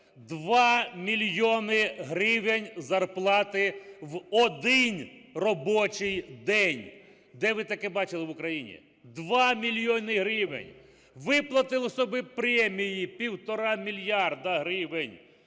2 мільйони гривень зарплати в один робочій день. Де ви таке бачили в Україні – 2 мільйони гривень? Виплатили собі премії 1,5 мільярда гривень.